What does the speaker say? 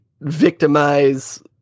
victimize